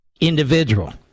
individual